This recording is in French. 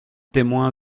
témoin